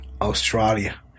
Australia